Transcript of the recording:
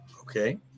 okay